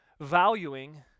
valuing